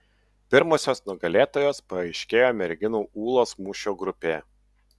pirmosios nugalėtojos paaiškėjo merginų ūlos mūšio grupėje